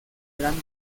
gran